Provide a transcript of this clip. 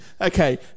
Okay